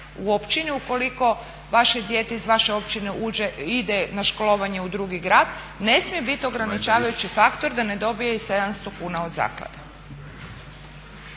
u općini ukoliko vaše dijete iz vaše općine ide na školovanje u drugi grad ne smije biti ograničavajući faktor da ne dobije i 700 kuna od zaklade.